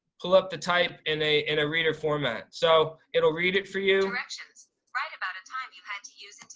pull up the type in a in a reader format. so it'll read it for you. directions write about a time you had to use